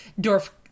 Dorf